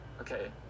Okay